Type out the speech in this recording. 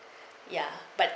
ya but